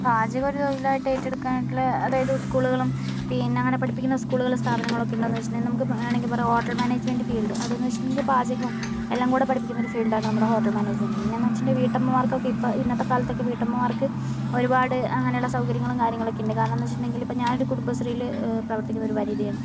പാചകം ഒരു തൊഴിൽ ആയിട്ട് ഏറ്റെടുക്കാൻ അതായത് സ്കൂളുകളും പിന്നെ ഞങ്ങള് പഠിപ്പിക്കുന്ന സ്കൂളുകളും സ്ഥാപനങ്ങളും ഒക്കെ ഉണ്ടോ എന്ന് വെച്ചിട്ട് നമുക്ക് വേണമെങ്കിൽ ഹോട്ടൽ മാനേജ്മെന്റ് ഫീൽഡ് അതെന്നു വെച്ചിട്ടുണ്ടെങ്കിൽ പാചകം എല്ലാം കുടി പഠിപ്പിക്കുന്ന ഫീൽഡ് ആണ് നമ്മുടെ ഹോട്ടൽ മാനേജ്മന്റ് പിന്നെയെന്ന് വെച്ചാൽ വീട്ടമ്മമാർക്ക് ഒക്കെ ഇപ്പോൾ ഇന്നത്തെ കാലത്ത് ഒക്കെ വീട്ടമ്മമാർക്ക് ഒരുപാട് അങ്ങനെയുള്ള സൗകര്യങ്ങളും കാര്യങ്ങളുമൊക്കെയുണ്ട് കാരണം എന്തെന്ന് വെച്ചിട്ടുണ്ടെങ്കിൽ ഞാൻ ഒരു കുടുംബശ്രീയിൽ പ്രവർത്തിക്കുന്ന ഒരു വനിതയാണ്